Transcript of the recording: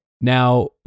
Now